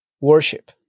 worship